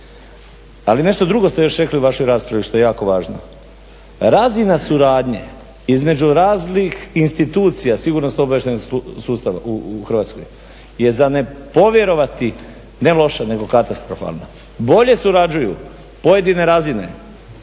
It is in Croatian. Ali nešto drugo ste još rekli u vašoj raspravi što je jako važno, razina suradnje između raznih institucija sigurnosno-obavještajnog sustava u Hrvatskoj je za ne povjerovati ne loša nego katastrofalna. Bolje surađuju pojedine razine